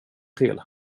till